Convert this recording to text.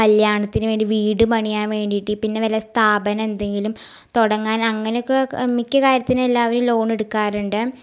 കല്യാണത്തിന് വേണ്ടി വീട് പണിയാൻ വേണ്ടിയി ട്ട് പിന്നെ വല്ല സ്ഥാപനം എന്തെങ്കിലും തുടങ്ങാൻ അങ്ങനെ ഒക്കെ മിക്ക കാര്യത്തിന് എല്ലാവരും ലോണെടുക്കാറുണ്ട്